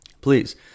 Please